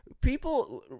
People